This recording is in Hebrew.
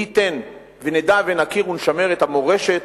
מי ייתן ונדע ונכיר ונשמר את המורשת